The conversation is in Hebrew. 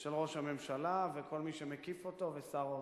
של ראש הממשלה וכל מי שמקיף אותו, ושר האוצר.